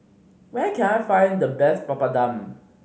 where can I find the best Papadum